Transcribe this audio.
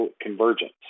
convergence